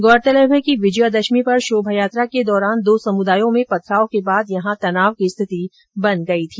गौरतलब है कि विजयादशमी पर शोभायात्रा के दौरान दो समुदायों में पथराव के बाद यहां तनाव की स्थिति बन गई थी